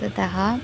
ततः